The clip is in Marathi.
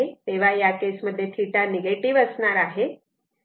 तेव्हा या केस मध्ये θ निगेटीव्ह असणार आहे